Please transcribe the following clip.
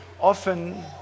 often